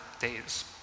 days